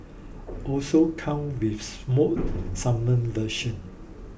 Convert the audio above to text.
also comes with smoked salmon version